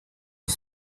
his